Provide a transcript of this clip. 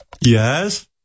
Yes